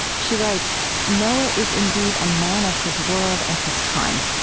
she writes noah is indeed a man of his world and his time.